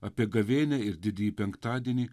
apie gavėnią ir didįjį penktadienį